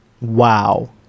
Wow